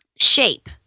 shape